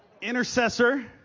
Intercessor